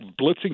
blitzing